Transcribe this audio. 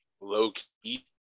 low-key